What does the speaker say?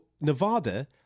Nevada